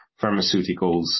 pharmaceuticals